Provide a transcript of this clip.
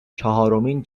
چهارمین